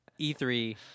e3